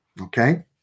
Okay